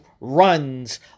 runs